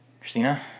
Christina